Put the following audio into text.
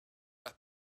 las